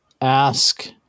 ask